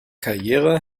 karriere